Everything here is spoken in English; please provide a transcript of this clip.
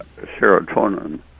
serotonin